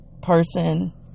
person